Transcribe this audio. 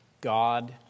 God